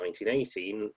1918